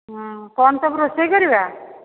ହଁ କ'ଣ ସବୁ ରୋଷେଇ କରିବା